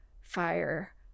fire